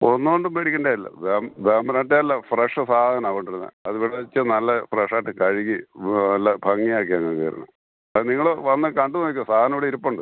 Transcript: ഒന്നുകൊണ്ടും പേടിക്കേണ്ടതില്ല വേ വേമ്പനാട്ട് കായലിലെ ഫ്രഷ് സാധനം ആണ് കൊണ്ടുവരുന്നത് അതിവിടെ വെച്ച് നല്ല ഫ്രഷ് ആയിട്ട് കഴുകി നല്ല ഭംഗി ആക്കിയാണ് നിങ്ങൾക്ക് തരുന്നത് അത് നിങ്ങൾ വന്ന് കണ്ട് നോക്കിക്കോ സാധനം ഇവിടെ ഇരിപ്പുണ്ട്